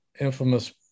infamous